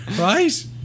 Right